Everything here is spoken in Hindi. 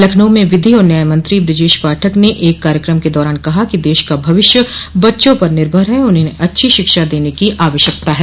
लखनऊ में विधि और न्यायमंत्री बृजेश पाठक ने एक कार्यक्रम के दौरान कहा कि देश का भविष्य बच्चों पर निर्मर है और उन्हें अच्छी शिक्षा देने की आवश्यकता है